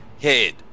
head